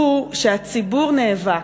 הוא שהציבור נאבק,